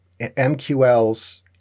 MQLs